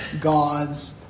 God's